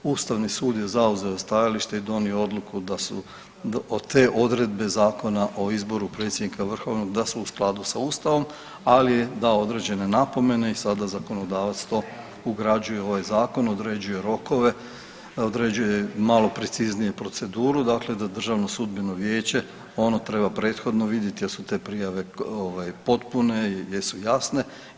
Ustavni sud je zauzeo stajalište i donio odluku da su te odluke zakona o izboru predsjednika Vrhovnog da su u skladu sa Ustavom ali je dao određene napomene i sada zakonodavac to ugrađuje u ovaj zakon, određuje rokove, određuje malo preciznije proceduru, dakle da Državno sudbeno vijeće ono treba prethodno vidjeti jesu li te prijave potpune, jesu jasne.